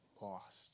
lost